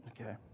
Okay